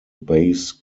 base